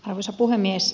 arvoisa puhemies